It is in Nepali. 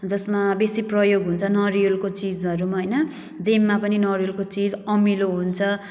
जसमा बेसी प्रयोग हुन्छ नरिवलको चिजहरूमा हैन जेमा पनि नरिवलको चिज अमिलो हुन्छ